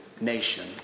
nation